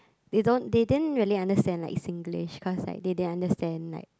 they don't they didn't really understand like Singlish because like they didn't understand like